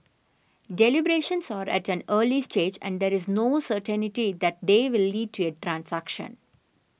deliberations are at an early stage and there is no certainty that they will lead to a transaction